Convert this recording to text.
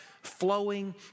flowing